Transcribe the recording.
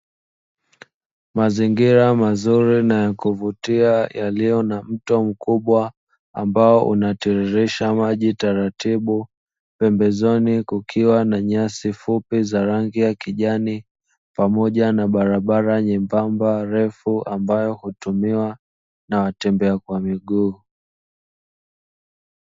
Mazingira mazuri na ya kuvutia yaliyo na mto mkubwa, ambao unatiririsha maji taratibu. Pembezoni kukiwa na nyasi fupi za rangi ya kijani, pamoja na barabara nyembamba refu ambayo hutumiwa na watembea kwa miguu.